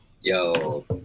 Yo